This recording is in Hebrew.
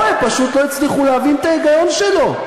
לא, הם פשוט לא הצליחו להבין את ההיגיון שלו.